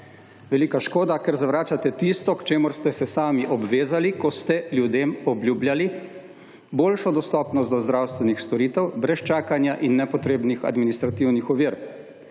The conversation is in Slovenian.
Velika škoda, ker zavračate tisto, k čemur ste se sami obvezali, ko ste ljudem obljubljali boljšo dostopnost do zdravstvenih storitev, brez čakanja in nepotrebnih administrativnih ovir.